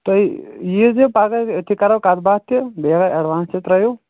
تُہۍ یی زیٚو پگاہ أتۍتھٕے کَرو کَتھ باتھ تہِ بیٚیہِ اگر ایٚڈوانٕس تہِ ترٛٲوِو